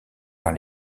par